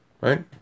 right